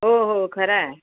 हो हो खरं आहे